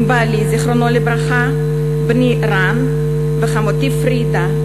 עם בעלי, זיכרונו לברכה, בני רן וחמותי פרידה,